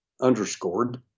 underscored